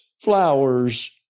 flowers